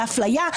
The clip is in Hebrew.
באפליה,